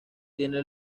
tiene